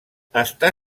està